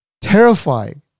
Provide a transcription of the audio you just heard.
terrifying